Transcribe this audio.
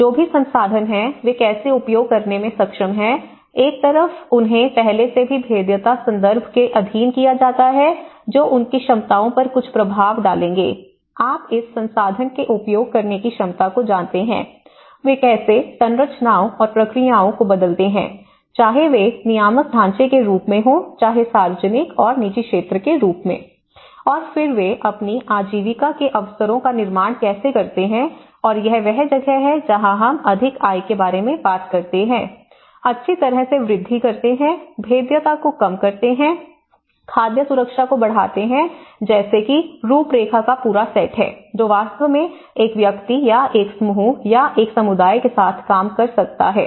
जो भी संसाधन है वे कैसे उपयोग करने में सक्षम हैं एक तरफ उन्हें पहले से ही भेद्यता संदर्भ के अधीन किया जाता है जो उनकी क्षमताओं पर कुछ प्रभाव डालेंगे आप इस संसाधन के उपयोग करने की क्षमता को जानते हैं वे कैसे संरचनाओं और प्रक्रियाओं को बदलते हैं चाहे वे नियामक ढांचे के रूप में हों चाहे सार्वजनिक और निजी क्षेत्र के रूप में और फिर वे अपनी आजीविका के अवसरों का निर्माण कैसे करते हैं और यह वह जगह है जहां हम अधिक आय के बारे में बात करते हैं अच्छी तरह से वृद्धि करते हैं भेद्यता को कम करते हैं खाद्य सुरक्षा को बढ़ाते हैं जैसे कि रूपरेखा का पूरा सेट है जो वास्तव में एक व्यक्ति या एक समूह या एक समुदाय के साथ काम कर सकता है